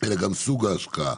אלא גם סוג ההשקעה.